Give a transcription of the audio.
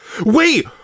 Wait